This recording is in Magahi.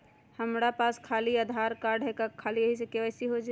हमरा पास खाली आधार कार्ड है, का ख़ाली यही से के.वाई.सी हो जाइ?